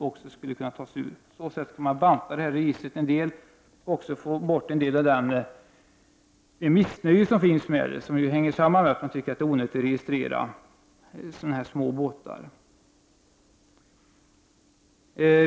På så sätt skulle man banta registret en hel del och också ta bort en del av det missnöje som finns med det och som hänger samman med att många tycker att det är onödigt att registrera små båtar.